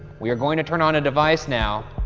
we are going to turn on a device now